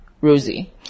Rosie